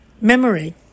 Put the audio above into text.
memory